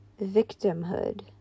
Victimhood